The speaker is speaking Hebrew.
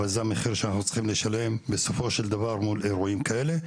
אבל זה המחיר שאנחנו צריכים לשלם בסופו של דבר מול אירועים כאלה.